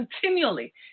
continually